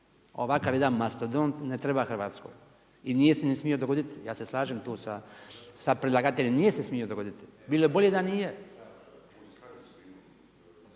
Ovakav jedan mastodont ne treba Hrvatskoj i nije se ni smio dogoditi, ja se slažem tu sa predlagateljem, nije se smio dogoditi, bilo je bolje da nijem,